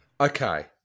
Okay